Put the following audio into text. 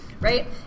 right